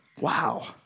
Wow